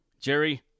Jerry